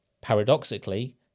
Paradoxically